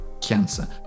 Cancer